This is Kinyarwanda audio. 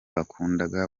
bakundaga